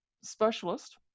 specialist